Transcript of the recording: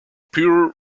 pure